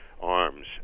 arms